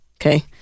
okay